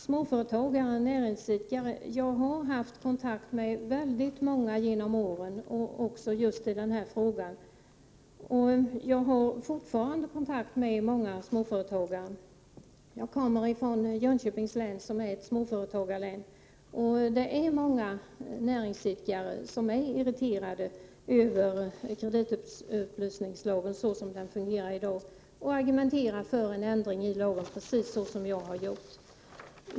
Jag har genom åren haft kontakt med många småföretagare och näringsidkare, också i just den här frågan, och jag har fortfarande kontakt med många småföretagare. Jag kommer från Jönköpings län, som är ett småföretagarlän. Det är många näringsidkare som är irriterade över kreditupplysningslagen såsom den i dag fungerar och som argumenterar för en ändring i lagen, precis som jag har gjort.